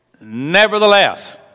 Nevertheless